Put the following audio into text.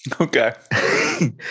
okay